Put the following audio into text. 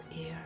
ear